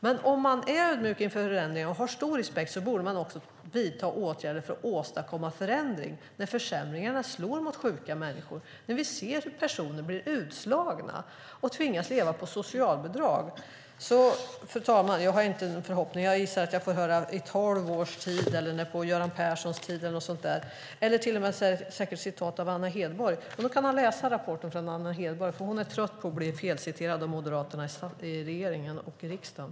Men om man är ödmjuk inför förändringar och har stor respekt borde man också vidta åtgärder för att åstadkomma förändring när försämringarna slår mot sjuka människor och vi ser hur personer blir utslagna och tvingas leva på socialbidrag. Fru talman! Jag gissar att jag kommer att få höra argument som "i tolv års tid" eller "på Göran Perssons tid" eller till och med citat av Anna Hedborg. Statsrådet borde läsa rapporten från Anna Hedborg, för hon är trött på att bli felciterad av moderaterna i regeringen och i riksdagen.